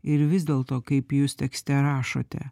ir vis dėlto kaip jūs tekste rašote